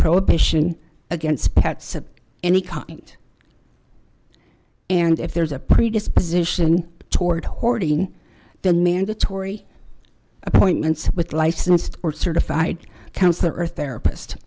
prohibition against any current and if there's a predisposition toward hoarding then mandatory appointments with licensed or certified counselor or therapist